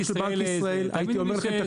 של בנק ישראל הייתי אומר לכם תקשיבו.